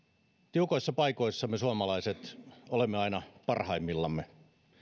tiukoissa paikoissa me suomalaiset olemme aina parhaimmillamme